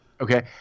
Okay